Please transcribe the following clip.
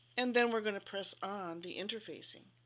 and then we're going to press on the interfacing.